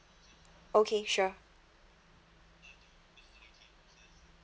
okay sure